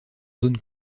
zone